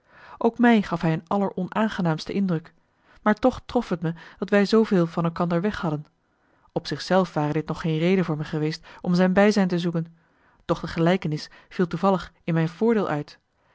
ook mij gaf hij een alleronaangenaamste indruk maar toch trof het me dat wij zooveel van elkander weg hadden op zich zelf ware dit nog geen reden voor me geweest om zijn bijzijn te zoeken doch de gelijkenis viel toevallig in mijn voordeel uit